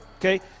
Okay